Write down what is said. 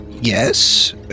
Yes